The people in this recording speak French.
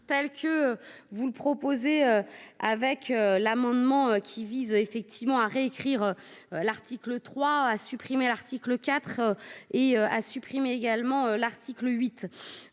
telle que vous le proposez avec l'amendement qui vise effectivement à réécrire l'article 3 a supprimé l'article IV et à supprimer également l'article 8